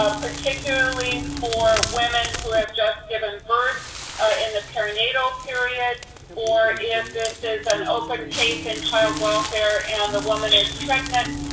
ah particularly for women who have just given birth in the perinatal period or this is an open case in child welfare and the woman is pregnant,